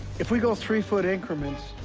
if we go three foot increments,